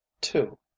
two